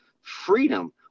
freedom